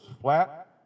flat